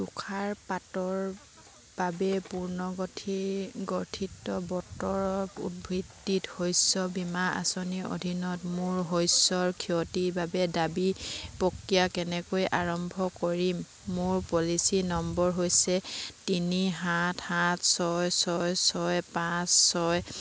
তুষাৰপাতৰ বাবে পুৰ্নগঠি গঠিত বতৰ ভিত্তিক শস্য বীমা আঁচনিৰ অধীনত মোৰ শস্যৰ ক্ষতিৰ বাবে দাবী প্ৰক্ৰিয়া কেনেকৈ আৰম্ভ কৰিম মোৰ পলিচী নম্বৰ হৈছে তিনি সাত সাত ছয় ছয় ছয় পাঁচ ছয়